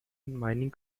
mining